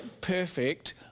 perfect